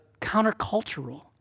countercultural